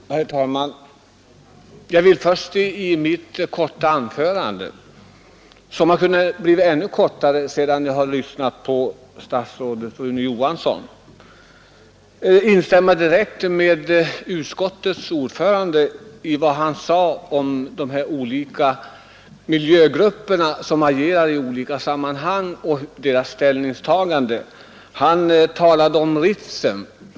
Herr talman! Jag vill först i mitt korta anförande — som kan bli ännu kortare sedan jag har lyssnat på statsrådet Rune Johansson — instämma direkt i vad utskottets ordförande sade om de miljögrupper som agerar i olika sammanhang och deras ställningstaganden. Han talade om Ritsem.